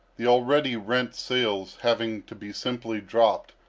the already rent sails, having to be simply dropped,